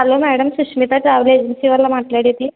hello madam Susmita travel agency వాళ్ళ మాట్లాడేది